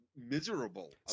miserable